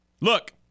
Look